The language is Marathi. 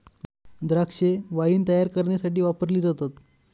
द्राक्षे वाईन तायार करण्यासाठी वापरली जातात